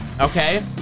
Okay